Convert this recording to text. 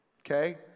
okay